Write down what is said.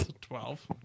Twelve